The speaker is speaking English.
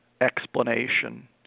explanation